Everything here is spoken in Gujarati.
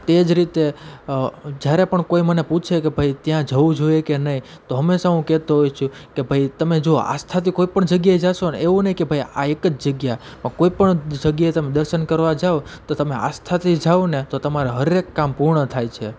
તે જ રીતે જ્યારે પણ કોઈ મને પૂછે કે ભાઈ ત્યાં જવું જોઈએ કે નહીં તો હંમેશા હું કહેતો હોઉં છું કે ભાઈ તમે જાઓ આસ્થાથી કોઈપણ જગ્યાએ જશો ને એવું નહીં કે ભાઈ આ એક જ જગ્યા પણ કોઈપણ જગ્યાએ તમે દર્શન કરવા જાઓ તો તમે આસ્થાથી જાઓ ને તો તમારા હરેક કામ પૂર્ણ થાય છે